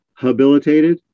habilitated